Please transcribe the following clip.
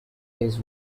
his